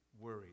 worried